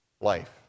life